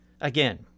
Again